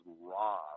raw